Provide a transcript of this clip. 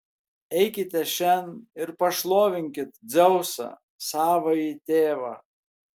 eikite šen ir pašlovinkit dzeusą savąjį tėvą